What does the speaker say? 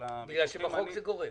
בגלל שבחוק זה גורף.